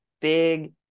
big